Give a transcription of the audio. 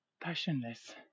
passionless